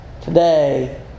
Today